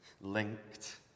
linked